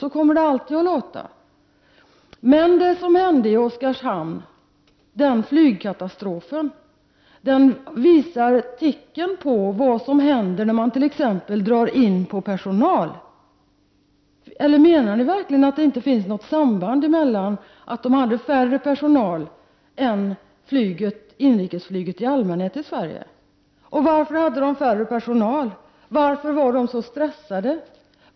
Så kommer det alltid att låta. Flygkatastrofen i Oskarshamn visar vad som kan hända när man exempelvis drar in personal. Eller menar ni att det inte finns något samband mellan flygolyckan och att bolaget i fråga hade mindre personal än vad inrikesflyget i Sverige i allmänhet har? Varför hade man mindre personal? Och varför var personalen så stressad?